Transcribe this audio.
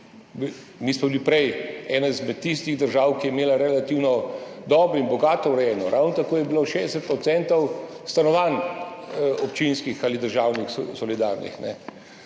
Mi smo bili prej ena izmed tistih držav, ki je imela to relativno dobro in bogato urejeno. Ravno tako je bilo 60 % stanovanj, občinskih ali državnih, solidarnih.